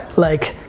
like,